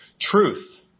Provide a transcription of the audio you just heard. truth